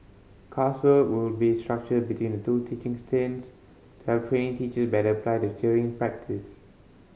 coursework will be structured between the two teaching stints to help trainee teacher better apply to theory in practice